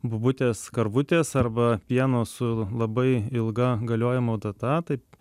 bobutės karvutės arba pieno su labai ilga galiojimo data taip